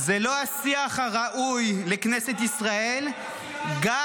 זה לא השיח הראוי לכנסת ישראל ------- גם